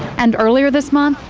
and earlier this month,